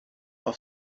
auf